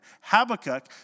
Habakkuk